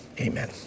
Amen